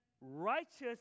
righteous